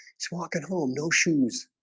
it's walking home no shoes